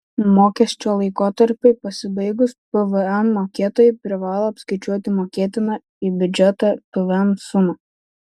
mokesčio laikotarpiui pasibaigus pvm mokėtojai privalo apskaičiuoti mokėtiną į biudžetą pvm sumą